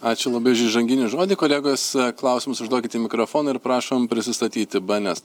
ačiū labai už įžanginį žodį kolegos klausimus užduokit į mikrofoną ir prašom prisistatyti benes